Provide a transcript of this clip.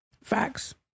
Facts